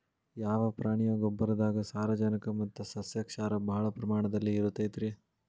ಯಾವ ಪ್ರಾಣಿಯ ಗೊಬ್ಬರದಾಗ ಸಾರಜನಕ ಮತ್ತ ಸಸ್ಯಕ್ಷಾರ ಭಾಳ ಪ್ರಮಾಣದಲ್ಲಿ ಇರುತೈತರೇ?